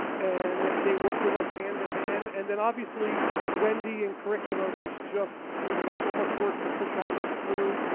and they work with us hand in hand. and then obviously wendy in curriculum is just doing so much work to push all this through.